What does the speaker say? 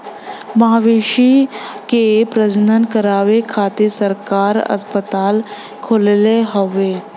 मवेशी के प्रजनन करावे खातिर सरकार अस्पताल खोलले हउवे